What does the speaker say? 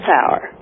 Power